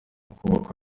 kubakwa